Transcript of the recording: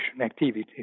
activities